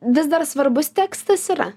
vis dar svarbus tekstas yra